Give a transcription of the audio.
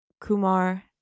Kumar